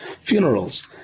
funerals